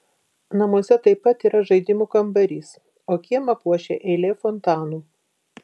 namuose taip pat yra žaidimų kambarys o kiemą puošia eilė fontanų